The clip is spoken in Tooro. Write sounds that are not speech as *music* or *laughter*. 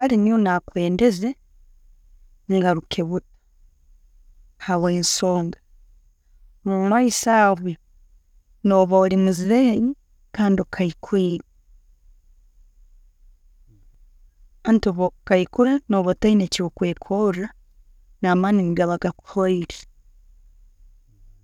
Kale nyowe nakwendeze ngaruke *unintelligible* habwensonga, mumaiso aho, noba muzeyi, kandi okaikwire anti bwokukaikura, no'ba otayina kyokwekora namaani negaba gakuhoire.